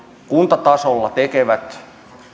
kuntatasolla tekevät